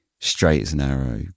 straight-as-an-arrow